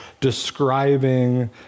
describing